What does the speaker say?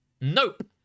Nope